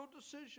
decision